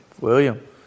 william